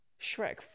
Shrek